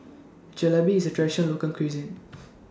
Jalebi IS Traditional Local Cuisine